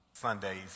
Sundays